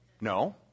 no